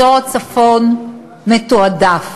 אזור הצפון מתועדף.